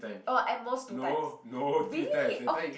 oh at most two times really